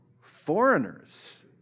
Foreigners